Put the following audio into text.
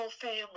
family